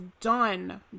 done